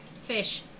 Fish